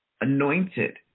anointed